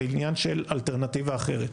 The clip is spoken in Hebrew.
זה עניין של אלטרנטיבה אחרת.